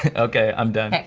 ah okay, i'm done.